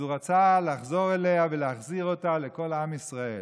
אז הוא רצה לחזור אליה ולהחזיר אותה לכל עם ישראל.